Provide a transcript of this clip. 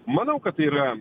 manau kad tai yra